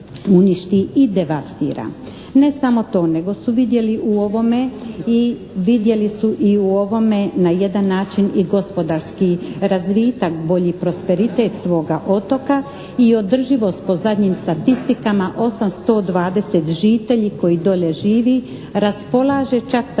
Ne samo to, nego su vidjeli u ovome i vidjeli su i u ovome na jedan način i gospodarski razvitak, bolji prosperitet svoga otoka i održivost po zadnjim statistikama 820 žitelji koji dolje živi, raspolaže čak sa